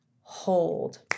Hold